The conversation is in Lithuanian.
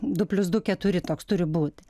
du plius du keturi toks turi būti